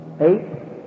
Eight